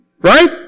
Right